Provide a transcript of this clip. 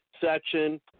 section